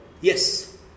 Yes